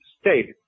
state